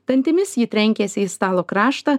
dantimis ji trenkėsi į stalo kraštą